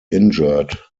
injured